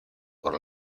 por